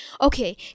okay